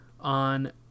on